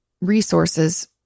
resources